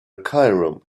cairum